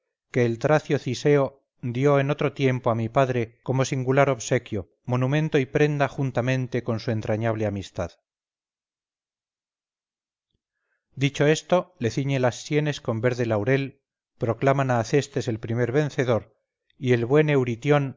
que el tracio ciseo dio en otro tiempo a mi padre como singular obsequio monumento y prenda juntamente con su entrañable amistad dicho esto le ciñe las sienes con verde laurel proclaman a acestes el primer vencedor y el buen euritión